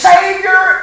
Savior